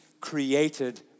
created